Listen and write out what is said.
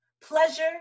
Pleasure